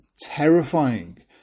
terrifying